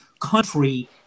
country